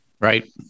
Right